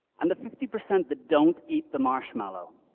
and the fifty percent that don't eat the marshmallow